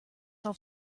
auf